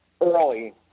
early